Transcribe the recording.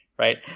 Right